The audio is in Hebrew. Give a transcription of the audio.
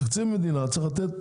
תקציב המדינה צריך לתת